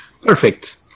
perfect